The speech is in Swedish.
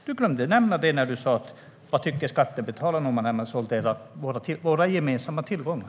Du glömde att nämna det när du undrade vad skattebetalarna tycker om att man säljer våra gemensamma tillgångar.